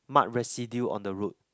mud residue on the road